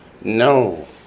No